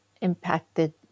impacted